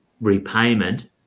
repayment